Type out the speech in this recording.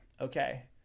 okay